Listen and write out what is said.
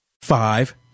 Five